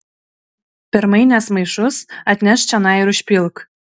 permainęs maišus atnešk čionai ir užpilk